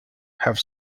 have